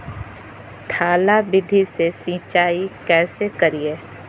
थाला विधि से सिंचाई कैसे करीये?